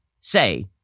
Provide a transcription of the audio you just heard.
say